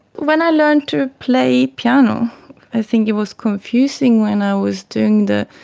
when i learned to play piano i think it was confusing when i was doing the,